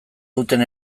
duten